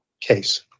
case